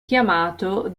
chiamato